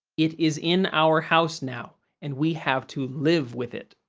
it is in our house now and we have to live with it.